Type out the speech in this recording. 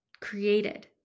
created